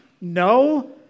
No